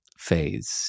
phase